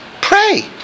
pray